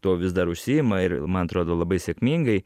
tuo vis dar užsiima ir man atrodo labai sėkmingai